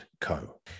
Co